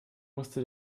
musste